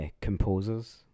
composers